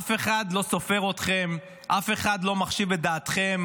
אף אחד לא סופר אתכם, אף אחד לא מחשיב את דעתכם.